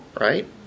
Right